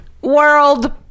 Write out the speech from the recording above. world